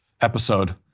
episode